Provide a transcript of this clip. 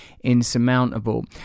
insurmountable